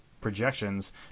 projections